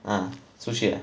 ah 出去了